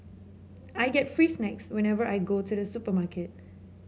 I get free snacks whenever I go to the supermarket